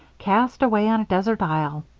cast away on a desert isle.